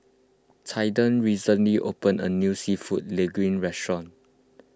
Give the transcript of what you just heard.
Caiden recently opened a new Seafood Linguine restaurant